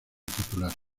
titular